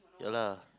ya lah